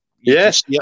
Yes